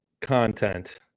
content